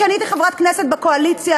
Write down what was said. כשאני הייתי חברת כנסת בקואליציה,